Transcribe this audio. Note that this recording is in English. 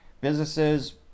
businesses